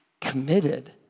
committed